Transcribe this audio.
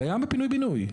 קיים בפינוי בינוי.